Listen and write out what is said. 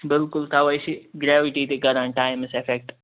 بِلکُل تَوے چھِ گریوِٹی تہِ کڈان ٹایمَس ایٚفیٚکٹ